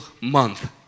month